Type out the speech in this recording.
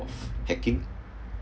of hacking